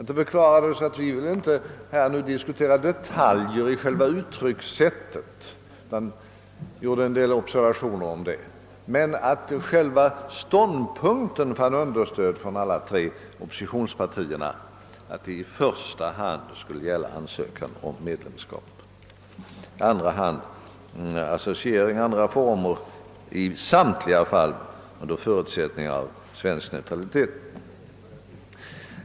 Det förklarades att vi inte ville diskutera detaljer i själva uttryckssättet. Det gjordes en del observationer om det. Men själva ståndpunkten att det i första hand skulle gälla ansökan om förhandlingar rörande medlemskap fann understöd från alla tre oppositionspartierna. Likaså var vi eniga om att ansökan i andra hand skulle gälla associering, i samtliga fall under förutsättning av svensk neutralitet.